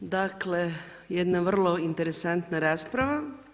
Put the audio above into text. Dakle jedna vrlo interesantna rasprava.